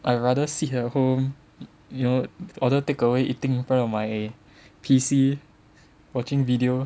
I rather sit at home you know order takeaway eating in front of my P_C watching video